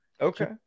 Okay